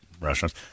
restaurants